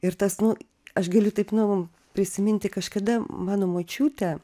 ir tas nu aš galiu taip nu prisiminti kažkada mano močiutė